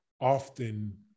often